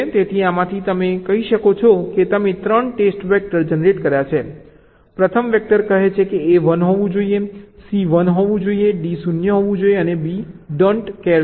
તેથી આમાંથી તમે કહી શકો કે તમે 3 ટેસ્ટ વેક્ટર જનરેટ કર્યા છે પ્રથમ વેક્ટર કહે છે કે A 1 હોવું જોઈએ C 1 હોવું જોઈએ D 0 હોવું જોઈએ અને B ડોન્ટ કેર છે